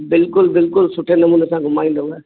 बिल्कुलु बिल्कुलु सुठे नमूने सां घुमाईंदो न